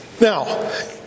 Now